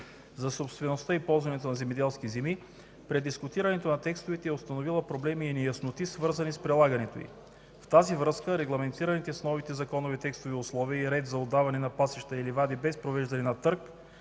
за собствеността и ползването на земеделски земи, при дискутирането на текстовете е установила проблеми и неясноти, свързани с прилагането й. В тази връзка регламентираните с новите законови текстове условия и ред за отдаване на пасища и ливади без провеждане на търг,